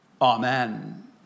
Amen